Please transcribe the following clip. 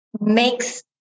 makes